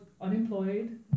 unemployed